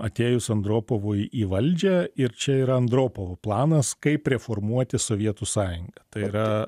atėjus andropovui į valdžią ir čia yra andropovo planas kaip reformuoti sovietų sąjungą tai yra